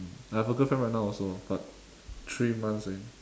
um I have a girlfriend right now also but three months only